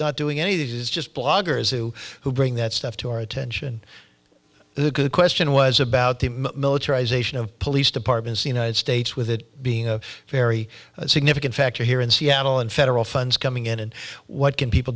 not doing any this is just bloggers who who bring that stuff to our attention the question was about the militarization of police departments the united states with it being a very significant factor here in seattle and federal funds coming in and what can people